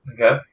Okay